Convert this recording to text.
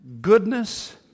Goodness